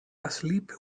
asleep